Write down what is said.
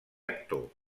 actor